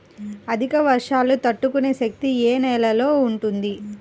అధిక వర్షాలు తట్టుకునే శక్తి ఏ నేలలో ఉంటుంది?